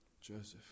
Joseph